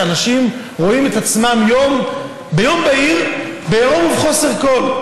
שאנשים רואים את עצמם ביום בהיר בעירום ובחוסר כול?